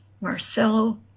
Marcelo